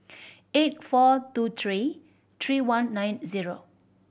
eight four two three three one nine zero